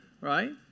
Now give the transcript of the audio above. Right